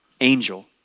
angel